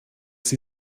sie